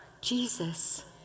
Jesus